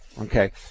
Okay